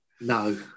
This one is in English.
No